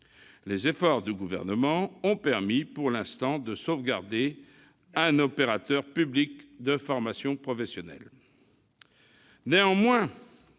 Les efforts du Gouvernement ont permis, pour l'instant, de sauvegarder un opérateur public de formation professionnelle.